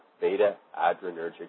beta-adrenergic